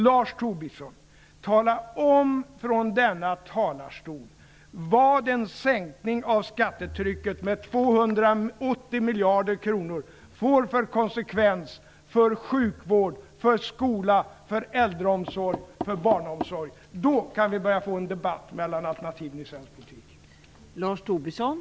Lars Tobisson, tala från denna talarstol om vilken konsekvens en sänkning med skattetrycket med 280 miljarder kronor får för sjukvården, skolan, äldreomsorgen och barnomsorgen! Då kan vi få en debatt om alternativen i svensk politik.